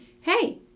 hey